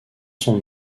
son